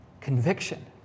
Conviction